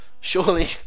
surely